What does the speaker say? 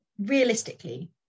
realistically